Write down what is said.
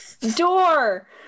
Door